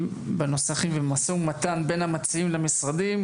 בנוסחים והם עשו מתן בין המציעים למשרדים,